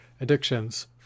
addictions